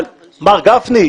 אבל מר גפני,